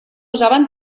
usaven